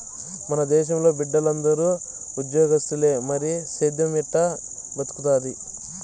మన దేశంలో బిడ్డలందరూ ఉజ్జోగాలిస్తే మరి సేద్దెం ఎట్టా బతుకుతాది